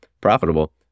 profitable